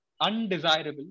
undesirable